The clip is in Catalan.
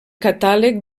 catàleg